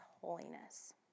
holiness